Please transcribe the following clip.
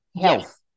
health